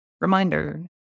Reminder